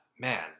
man